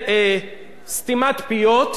עולם שלישי, כתבתי מה שאתם אמרתם,